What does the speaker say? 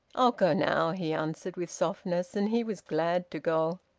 i'll go now, he answered, with softness. and he was glad to go.